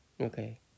Okay